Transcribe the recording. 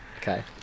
Okay